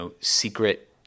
secret